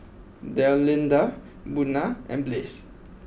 Delinda Buna and Blaze